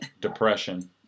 depression